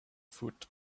foot